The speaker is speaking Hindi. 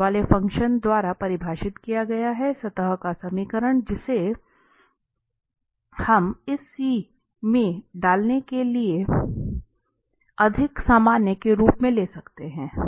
वाले फंक्शन द्वारा परिभाषित किया गया है सतह का समीकरण जिसे हम इस c को डालने के लिए अधिक सामान्य के रूप में ले सकते हैं